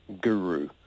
guru